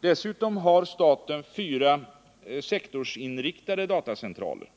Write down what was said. Dessutom har staten fyra sektorsinriktade datacentraler.